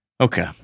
Okay